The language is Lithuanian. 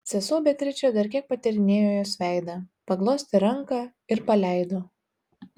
sesuo beatričė dar kiek patyrinėjo jos veidą paglostė ranką ir paleido